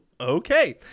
okay